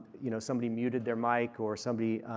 you know somebody muted their mic or somebody